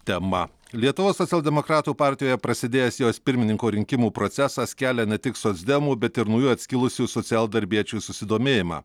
tema lietuvos socialdemokratų partijoje prasidėjęs jos pirmininko rinkimų procesas kelia ne tik socdemų bet ir naujų atskilusių socialdarbiečių susidomėjimą